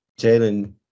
Jalen